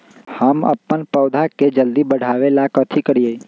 हम अपन पौधा के जल्दी बाढ़आवेला कथि करिए?